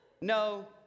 No